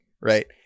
right